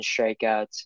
strikeouts